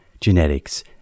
genetics